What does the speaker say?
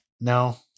No